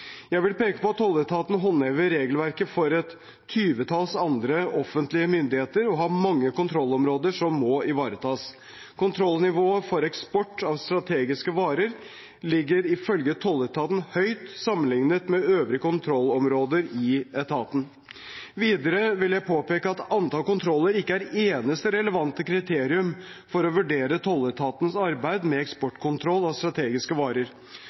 Jeg vil peke på at tolletaten håndhever regelverket for et tyvetalls andre offentlige myndigheter og har mange kontrollområder som må ivaretas. Kontrollnivået for eksport av strategiske varer ligger ifølge tolletaten høyt sammenliknet med øvrige kontrollområder i etaten. Videre vil jeg påpeke at antall kontroller ikke er eneste relevante kriterium for å vurdere tolletatens arbeid med eksportkontroll av strategiske varer.